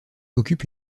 occupe